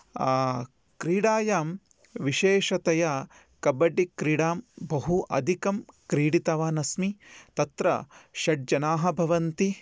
क्रीडायां विशेषतया कब्बड्डिक्रीडां बहु अधिकं क्रीडितवानस्मि तत्र षड्जनाः भवन्ति